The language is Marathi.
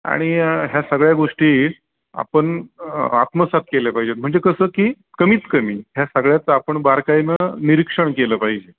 आणि ह्या सगळ्या गोष्टी आपण आत्मसात केले पाहिजेत म्हणजे कसं की कमीत कमी ह्या सगळ्याचं आपण बारकाईनं निरीक्षण केलं पाहिजे